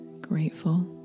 grateful